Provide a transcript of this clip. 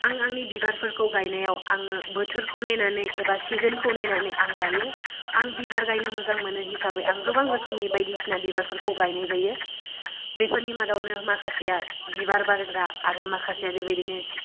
आं आंनि बिबारफोरखौ गायनायाव आंङो बोथोरखौ नायनानै एबा सिजेनखौ नायनानै आं गायो आं बिबार गायनो मोजां मोनो हिसाबै आं गोबां रोखोमनि बायदिसिना बिबारफोरखौ गायनाय जायो बेफोरनि मादावनो माखासेआ बिबार बारग्रा आरो माखासेआ बेबायदिनो